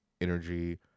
energy